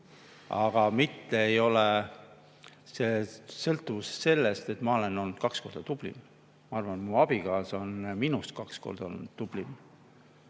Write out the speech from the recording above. Aga mitte ei ole see sõltuvus sellest, et ma olen olnud kaks korda tublim. Ma arvan, et mu abikaasa on minust kaks korda olnud tublim,